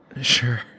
Sure